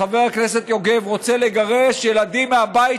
חבר הכנסת יוגב רוצה לגרש ילדים מהבית